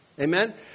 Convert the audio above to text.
Amen